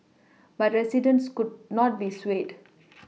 but residents could not be swayed